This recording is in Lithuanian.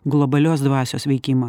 globalios dvasios veikimą